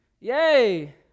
Yay